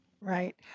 Right